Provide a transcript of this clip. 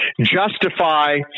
justify